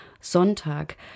Sonntag